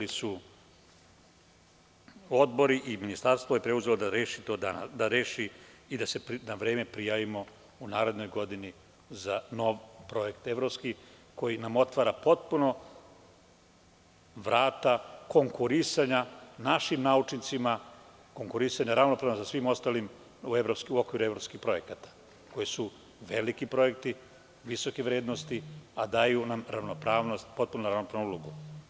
Odbori i Ministarstvo je preuzelo da to reši i da se na vreme prijavimo u narednoj godini za novi evropski projekat, koji nam otvara potpuno vrata konkurisanja našim naučnicima, konkurisanja ravnopravno sa svim ostalim u okviru evropskih projekata koji su veliki projekti, visoke vrednosti, a daju nam ravnopravnost, potpuno ravnopravnu ulogu.